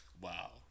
Wow